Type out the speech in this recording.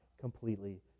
completely